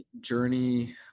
journey